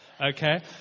okay